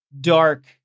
dark